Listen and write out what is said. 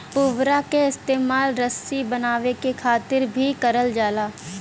पुवरा क इस्तेमाल रसरी बनावे क खातिर भी करल जाला